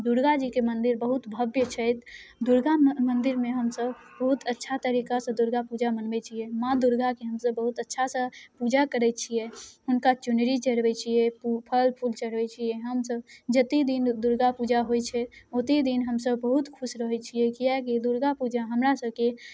दुर्गाजीके मन्दिर बहुत भव्य छथि दुर्गामे मन्दिरमे हमसब बहुत अच्छा तरीकासँ दुर्गापूजा मनबै छिए माँ दुर्गाके हमसब बहुत अच्छासँ पूजा करै छिए हुनका चुनरी चढ़बै छिए पू फल फूल चढ़बै छिए हमसब जतेक दिन दुर्गापूजा होइ छै ओतेक दिन हमसब बहुत खुश रहै छिए किएकि दुर्गापूजा हमरासबके